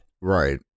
Right